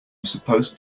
supposed